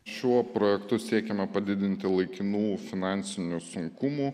šiuo projektu siekiame padidinti laikinų finansinių sunkumų